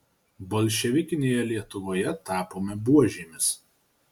bolševikinėje lietuvoje tapome buožėmis